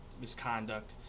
misconduct